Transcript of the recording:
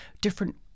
different